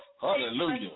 Hallelujah